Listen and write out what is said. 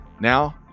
Now